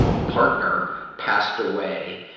partner passed away,